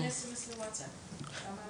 מה ההבדל בין הודעת WhatsApp לבין SMS?